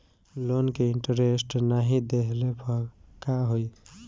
Loan के interest नाही देहले पर का होई?